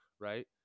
Right